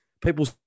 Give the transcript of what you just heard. People